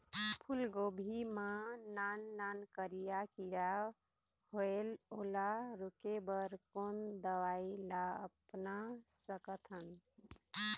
फूलगोभी मा नान नान करिया किरा होयेल ओला रोके बर कोन दवई ला अपना सकथन?